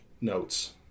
notes